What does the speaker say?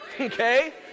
Okay